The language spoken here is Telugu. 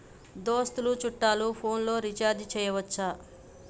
దోస్తులు చుట్టాలు ఫోన్లలో రీఛార్జి చేయచ్చా?